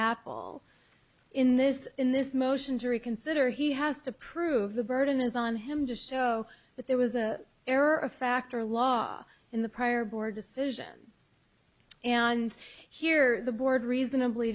apple in this in this motion to reconsider he has to prove the burden is on him just so but there was a error a factor law in the prior board decision and here the board reasonably